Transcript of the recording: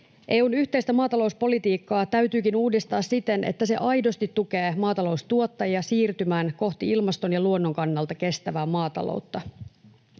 EU:n yhteistä maatalouspolitiikkaa täytyykin uudistaa siten, että se aidosti tukee maataloustuottajia siirtymään kohti ilmaston ja luonnon kannalta kestävää maataloutta.